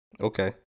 Okay